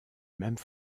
même